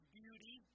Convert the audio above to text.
beauty